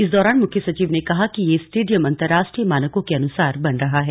इस दौरान मुख्य सचिव ने कहा कि यह स्टेडियम अंतरराष्ट्रीय मानकों के अनुसार बन रहा है